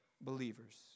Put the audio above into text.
believers